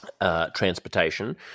transportation